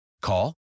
Call